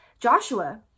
Joshua